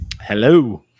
Hello